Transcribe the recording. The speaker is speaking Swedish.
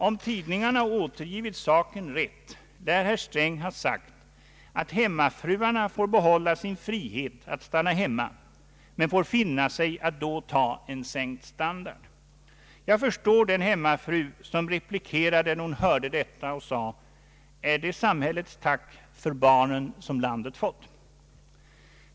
Om tidningarna återgivit saken rätt lär herr Sträng ha sagt att hemmafruarna får behålla sin frihet att stanna hemma, men får finna sig i att då ta en sänkt standard. Jag förstår den hemmafru som reflekterade när hon hörde detta och sade: Är det samhällets tack för barnen som landet fått?